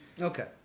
Okay